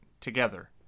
together